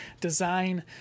design